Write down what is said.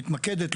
מתמקדת,